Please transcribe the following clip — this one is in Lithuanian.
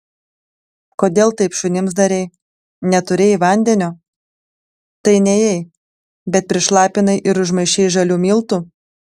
kodėl taip šunims darei neturėjai vandenio tai nėjai bet prišlapinai ir užmaišei žalių miltų